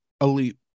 elite